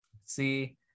See